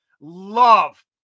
Love